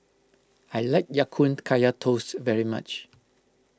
I like Ya Kun Kaya Toast very much